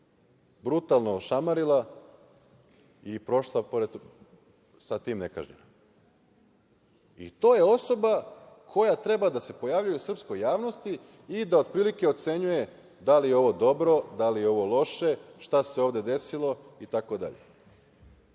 brutalno ošamarila i prošla sa tim nekažnjeno. To je osoba koja treba da se pojavljuje u srpskoj javnosti i da otprilike ocenjuje da li je ovo dobro, da li je ovo loše, šta se ovde desilo,